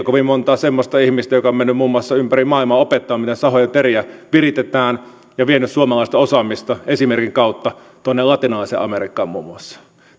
kovin montaa semmoista ihmistä joka on mennyt muun muassa ympäri maailmaa opettamaan miten sahojen teriä viritetään ja vienyt suomalaista osaamista esimerkin kautta latinalaiseen amerikkaan muun muassa